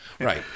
Right